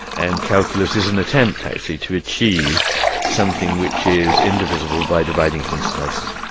and calculus is an attempt, actually, to achieve something which is indivisible by dividing it in slices